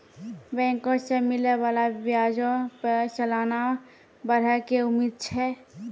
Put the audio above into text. बैंको से मिलै बाला ब्याजो पे सलाना बढ़ै के उम्मीद छै